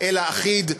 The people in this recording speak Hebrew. אלא אחיד,